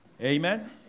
Amen